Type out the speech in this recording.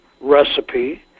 recipe